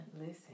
listen